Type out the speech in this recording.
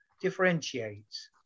differentiates